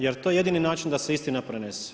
Jer to je jedini način da se istina prenese.